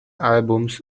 albums